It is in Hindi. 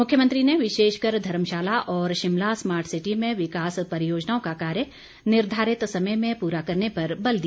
मुख्यमंत्री ने विशेषकर धर्मशाला और शिमला स्मार्ट सिटी में विकास परियोजनाओं का कार्य निर्धारित समय में पूरा करने पर बल दिया